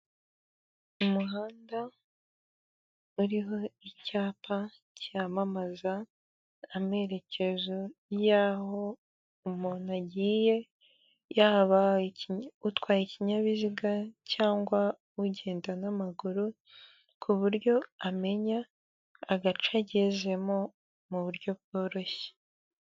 Umuhanda uriho icyapa cyamamaza amerekezo y'aho umuntu agiye yaba utwaye ikinyabiziga cyangwa ugenda n'amaguru ku buryo amenya agace agezemo mu buryo bworoshye.